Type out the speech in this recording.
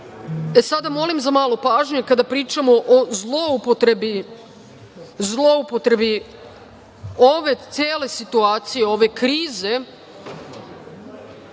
sada, molim za malo pažnje kada pričamo o zloupotrebi ove cele situacije, ove krize,